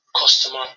customer